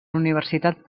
universitat